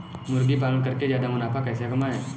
मुर्गी पालन करके ज्यादा मुनाफा कैसे कमाएँ?